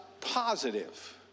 positive